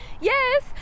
Yes